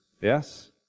Yes